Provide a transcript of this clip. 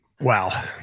wow